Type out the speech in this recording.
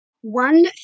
One